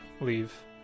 leave